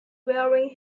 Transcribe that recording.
wearing